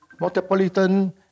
Metropolitan